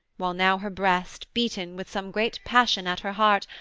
while now her breast, beaten with some great passion at her heart,